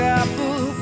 apple